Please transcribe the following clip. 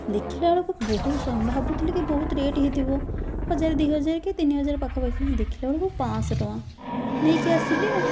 ଦେଖିଲା ବେଳକୁ ବହୁତ ସୁନ୍ଦର ଭାବୁଥିଲି କି ବହୁତ ରେଟ୍ ହେଇଥିବ ହଜାର ଦୁଇହଜାର କି ତିନିହଜାର ହେଇଥିବ ଦେଖିଲା ବେଳକୁ ପାଞ୍ଚଶହ ଟଙ୍କା ନେଇକି ଆସିଲି ଆଉ